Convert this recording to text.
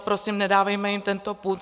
Prosím, nedávejme jim tento punc.